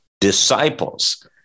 disciples